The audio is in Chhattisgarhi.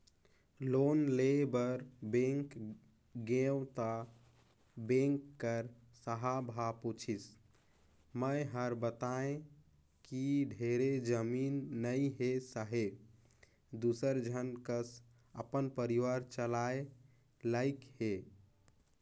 लोन लेय बर बेंक गेंव त बेंक कर साहब ह पूछिस मै हर बतायें कि ढेरे जमीन नइ हे साहेब दूसर झन कस अपन परिवार चलाय लाइक हे